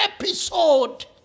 episode